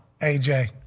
AJ